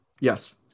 Yes